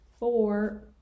Four